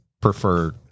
prefer